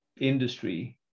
industry